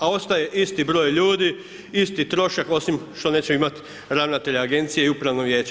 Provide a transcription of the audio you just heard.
A ostaje isti broj ljudi, isti trošak, osim što nećemo imati ravnatelje agencije i upravno vijeće.